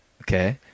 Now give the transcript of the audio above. Okay